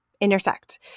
intersect